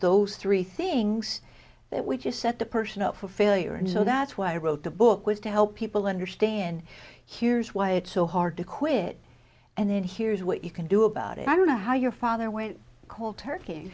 those three things that we just set the person up for failure and so that's why i wrote the book was to help people understand here's why it's so hard to quit and then here's what you can do about it i don't know how your father went cold turkey